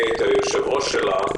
שאני הייתי היושב-ראש שלה,